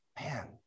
Man